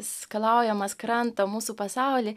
skalaujamas krantą mūsų pasaulį